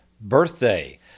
birthday